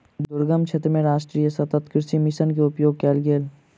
दुर्गम क्षेत्र मे राष्ट्रीय सतत कृषि मिशन के उपयोग कयल गेल